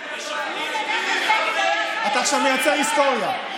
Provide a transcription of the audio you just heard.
אתה עכשיו מייצר היסטוריה.